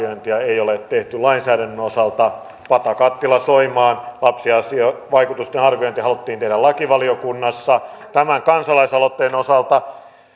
arviointia ei ole tehty lainsäädännön osalta pata kattilaa soimaa lapsiasiavaikutusten arviointi haluttiin tehdä lakivaliokunnassa tämän kansalaisaloitteen osalta